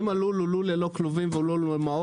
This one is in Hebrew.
אם הלול הוא לול ללא כלובים והוא לול מעוף,